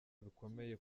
bukomeye